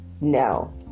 no